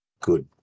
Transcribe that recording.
good